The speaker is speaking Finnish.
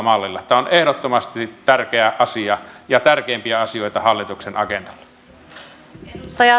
tämä on ehdottomasti tärkeä asia ja tärkeimpiä asioita hallituksen agendalla